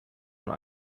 und